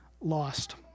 lost